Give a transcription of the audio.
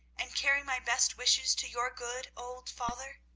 and carry my best wishes to your good old father?